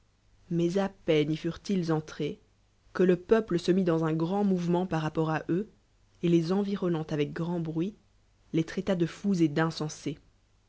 mais il peine y furent il entrés que le peuple se mit d ans un grand mouvemen par rapport à eux et les environnant avec grand bruit les traita de fous et d'insensés